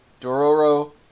dororo